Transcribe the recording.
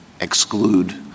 exclude